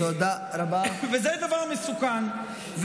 וזה דבר מסוכן.